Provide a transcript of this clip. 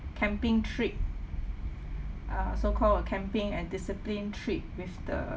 camping trip uh so called a camping and discipline trip with the